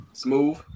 Smooth